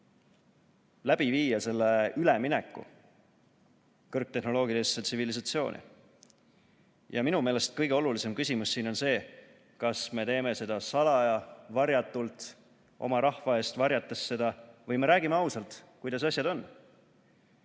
läbi viia ülemineku kõrgtehnoloogilisse tsivilisatsiooni. Minu meelest kõige olulisem küsimus siin on see, kas me teeme seda salaja, varjatult, oma rahva eest seda varjates, või me räägime ausalt, kuidas asjad on.